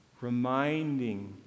reminding